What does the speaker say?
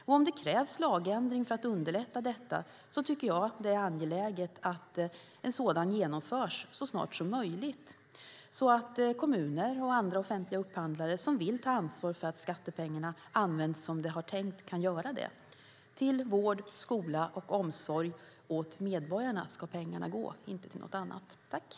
Om det krävs en lagändring för att underlätta detta tycker jag att det är angeläget att en sådan genomförs så snart som möjligt så att kommuner och andra offentliga upphandlare som vill ta ansvar för att skattepengarna används som det var tänkt kan göra det. Pengarna ska gå till vård, skola och omsorg åt medborgarna, inte till någonting annat.